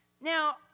Now